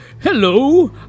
Hello